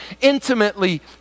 intimately